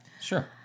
Sure